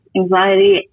anxiety